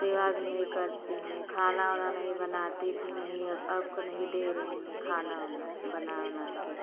सेवा भी नहीं करती हैं खाना ओना नहीं बनाती थी नहीं अब अब को नही दे रही हैं खाना ओना बना ओना के